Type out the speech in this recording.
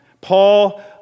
Paul